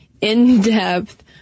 in-depth